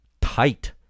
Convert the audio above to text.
tight